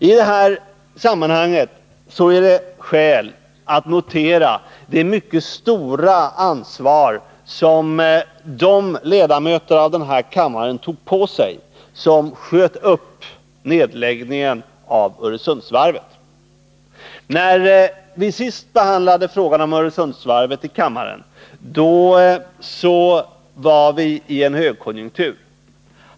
I detta sammanhang är det skäl att notera det mycket stora ansvar som de ledamöter av den här kammaren tog på sig som sköt upp nedläggningen av Öresundsvarvet. När vi senast behandlade frågan om Öresundsvarvet i kammaren rådde högkonjunktur.